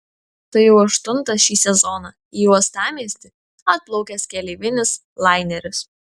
tai jau aštuntas šį sezoną į uostamiestį atplaukęs keleivinis laineris